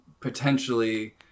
potentially